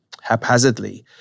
haphazardly